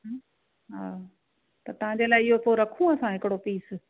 हा त तव्हांजे लाइ इहो पोइ रखूं असां हिकिड़ो पीस